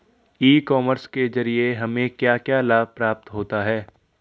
ई commerce के ज़रिए हमें क्या क्या लाभ प्राप्त होता है?